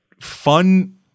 fun